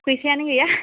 फैसायानो गैया